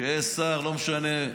שיהיה שר, לא משנה.